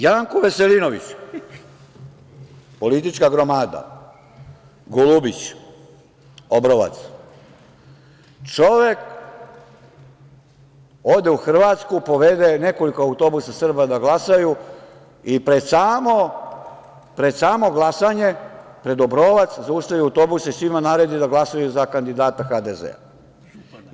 Janko Veselinović, politička gromada, Golubić, Obrovac, čovek ode u Hrvatsku, povede nekoliko autobusa Srba da glasaju i pred samo glasanje, pred Obrovac zaustavi autobuse i svima naredi da glasaju za kandidata HDZ-a.